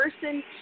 person